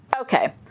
okay